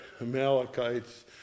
Amalekites